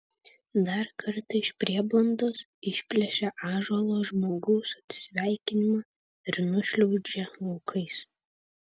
dar kartą iš prieblandos išplėšia ąžuolo žmogaus atsisveikinimą ir nušliaužia laukais